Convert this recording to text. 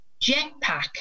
jetpack